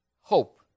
Hope